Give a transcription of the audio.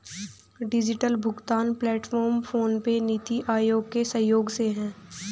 digital भुगतान platform PhonePe, NITI Aayog के सहयोग से है